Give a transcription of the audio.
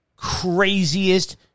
craziest